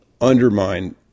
undermine